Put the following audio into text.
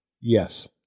yes